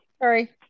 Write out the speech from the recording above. Sorry